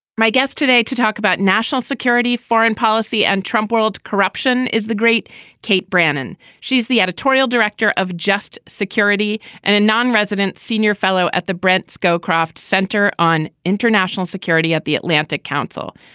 my guest today to talk about national security foreign policy and trump world corruption is the great kate brannon. she's the editorial director of just security and a nonresident senior fellow at the brent scowcroft center on international security at the atlantic council.